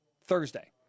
Thursday